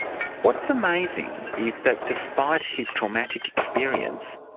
what's amazing is that despite his traumatic experience,